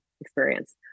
experience